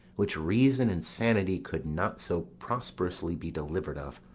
which reason and sanity could not so prosperously be delivered of.